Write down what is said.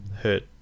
hurt